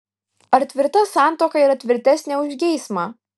ar tvirta santuoka yra tvirtesnė už geismą